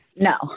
No